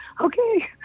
okay